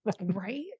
right